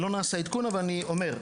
לא נעשה עדכון אבל אני אומר,